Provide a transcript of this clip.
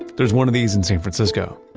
there's one of these in san francisco,